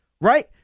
right